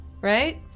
right